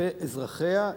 כלפי אזרחיה,